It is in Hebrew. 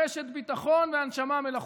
רשת ביטחון והנשמה מלאכותית.